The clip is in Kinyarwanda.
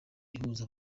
ihuza